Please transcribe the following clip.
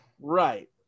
right